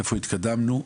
לאן התקדמנו,